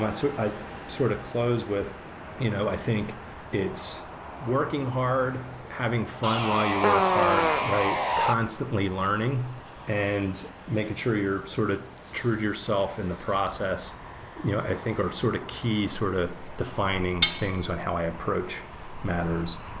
so i sort of closed with you know i think it's working hard, having fun while you work hard, right? constantly learning and making sure you're sort of true to yourself in the process you know i think are sort of sort sort of defining things and how i approach matters.